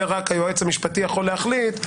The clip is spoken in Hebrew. זה רק היועץ המשפטי יכול החליט.